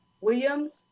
Williams